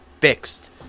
fixed